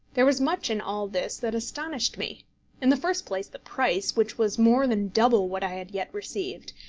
there was much in all this that astonished me in the first place the price, which was more than double what i had yet received,